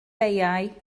beiau